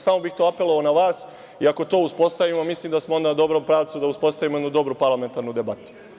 Samo bih apelovao na vas i ako to uspostavimo, mislim da smo na dobrom pravcu da uspostavimo jednu dobru parlamentarnu debatu.